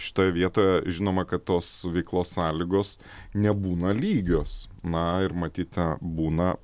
šitoje vietoje žinoma kad tos veiklos sąlygos nebūna lygios na ir matyt būna